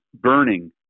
burning